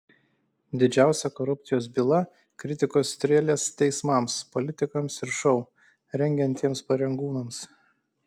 didžiausia korupcijos byla kritikos strėlės teismams politikams ir šou rengiantiems pareigūnams